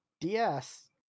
DS